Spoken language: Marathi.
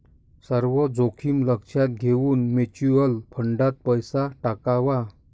सर्व जोखीम लक्षात घेऊन म्युच्युअल फंडात पैसा टाकावा